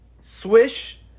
swish